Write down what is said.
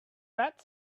red